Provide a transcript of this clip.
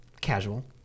casual